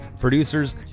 producers